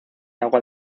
agua